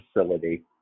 facility